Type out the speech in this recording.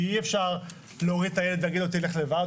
כי אי אפשר להוריד את הילד ולהגיד לו תלך לבד.